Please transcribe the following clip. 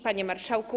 Panie Marszałku!